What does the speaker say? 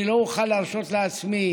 אני לא אוכל להרשות לעצמי,